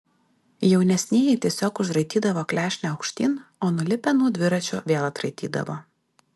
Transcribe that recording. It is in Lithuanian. jaunesnieji tiesiog užraitydavo klešnę aukštyn o nulipę nuo dviračio vėl atraitydavo